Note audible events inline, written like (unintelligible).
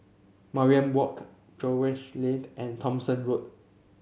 Mariam Walk Jervois (unintelligible) and Thomson Road